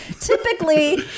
Typically